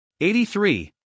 83